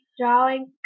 drawing